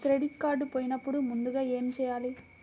Credit card పోయినపుడు ముందుగా ఏమి చేయాలి?